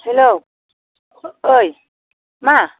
hello ओइ मा